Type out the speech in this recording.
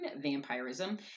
vampirism